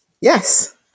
Yes